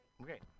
Okay